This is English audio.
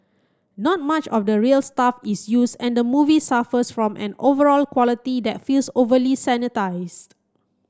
not much of the real stuff is used and the movie suffers from an overall quality that feels overly sanitised